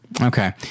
okay